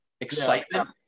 excitement